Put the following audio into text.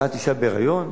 ואת אשה בהיריון,